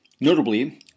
notably